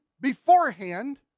beforehand